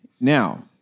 Now